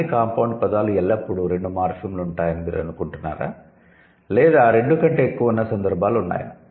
అన్ని 'కాంపౌండ్' పదాలు ఎల్లప్పుడూ రెండు మార్ఫిమ్లు ఉంటాయని మీరు అనుకుంటున్నారా లేదా రెండు కంటే ఎక్కువ ఉన్న సందర్భాలు ఉన్నాయా